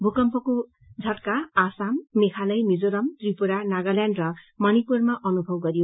भूकम्पको झटका आसाम मेघालय मिजोरम त्रिपुरा नागालैण्ड र मणिपुरमा अनुभव गरियो